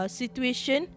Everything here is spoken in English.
situation